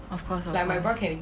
of course of course